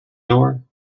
door